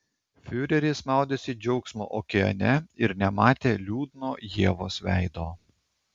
fiureris maudėsi džiaugsmo okeane ir nematė liūdno ievos veido